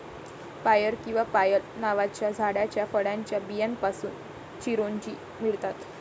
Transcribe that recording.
पायर किंवा पायल नावाच्या झाडाच्या फळाच्या बियांपासून चिरोंजी मिळतात